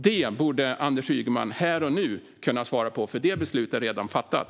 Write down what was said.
Det borde Anders Ygeman kunna svara på här och nu, för det beslutet är redan fattat.